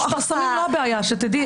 לא, החסמים לא הבעיה, שתדעי.